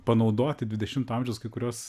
panaudoti dvidešimto amžiaus kai kurios